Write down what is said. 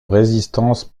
résistance